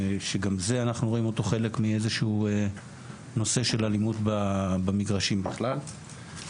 וגם את זה אנחנו רואים כחלק מאלימות במגרשים בכלל.